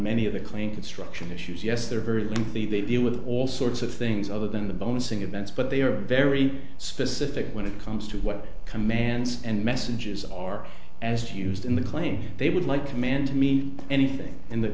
many of the clean construction issues yes they're very lengthy they deal with all sorts of things other than the bonus ing events but they are very specific when it comes to what commands and messages are as used in the claim they would like command to mean anything in the